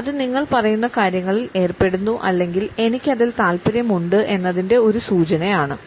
അത് നിങ്ങൾ പറയുന്ന കാര്യങ്ങളിൽ ഏർപ്പെടുന്നു അല്ലെങ്കിൽ എനിക്ക് അതിൽ താല്പര്യം ഉണ്ട് എന്നതിൻറെ ഒരു സൂചനയാണ്